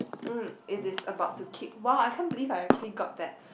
mm it is about to kick !wow! I can't believe I actually got that